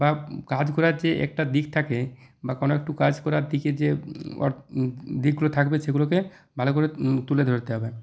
বা কাজ করার যে একটা দিক থাকে বা কোনো একটু কাজ করার দিকের যে দিকগুলো থাকবে সেগুলোকে ভালো করে তুলে ধরতে হবে